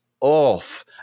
off